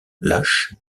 lâches